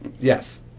Yes